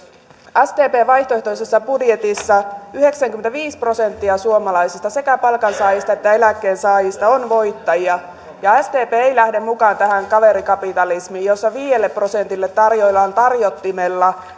sdpn vaihtoehtoisessa budjetissa yhdeksänkymmentäviisi prosenttia suomalaisista sekä palkansaajista ja eläkkeensaajista on voittajia sdp ei lähde mukaan tähän kaverikapitalismiin jossa viidelle prosentille tarjoillaan tarjottimella